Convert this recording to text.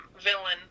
villain